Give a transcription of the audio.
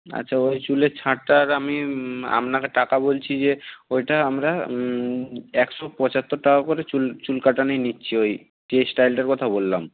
আচ্ছা ওই চুলের ছাঁটটার আমি আপনাকে টাকা বলছি যে ওইটা আমরা একশো পঁচাত্তর টাকা করে চুল চুল কাটানোয় নিচ্ছি ওই যে স্টাইলটার কথা বললাম